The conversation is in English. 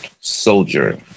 soldier